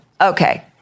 Okay